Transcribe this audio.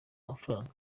amafaranga